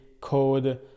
code